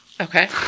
Okay